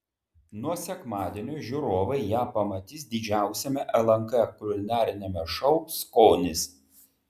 nuo sekmadienio žiūrovai ją pamatys didžiausiame lnk kulinariniame šou skonis